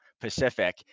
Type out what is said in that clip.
Pacific